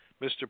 Mr